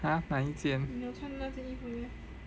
!huh! 哪一件